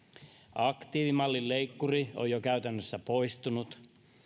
aktiivimallin leikkuri on jo käytännössä poistunut